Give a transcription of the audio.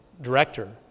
director